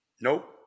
Nope